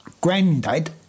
granddad